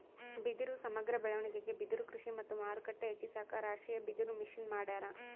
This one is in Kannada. ಬಿದಿರು ಸಮಗ್ರ ಬೆಳವಣಿಗೆಗೆ ಬಿದಿರುಕೃಷಿ ಮತ್ತು ಮಾರುಕಟ್ಟೆ ಹೆಚ್ಚಿಸಾಕ ರಾಷ್ಟೀಯಬಿದಿರುಮಿಷನ್ ಮಾಡ್ಯಾರ